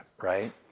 right